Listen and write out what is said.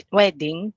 wedding